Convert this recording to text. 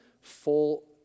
full